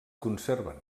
conserven